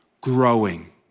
growing